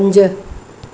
पंज